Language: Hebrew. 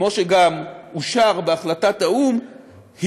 כמו שגם אושר בהחלטת האו"ם,